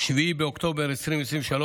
7 באוקטובר 2023,